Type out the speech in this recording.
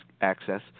access